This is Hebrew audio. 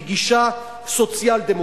היא גישה סוציאל-דמוקרטית.